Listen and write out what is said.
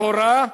בתורה,